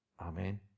Amen